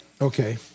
Okay